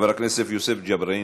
חבר הכנסת יוסף ג'בארין.